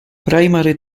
primary